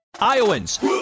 Iowans